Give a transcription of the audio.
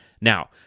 Now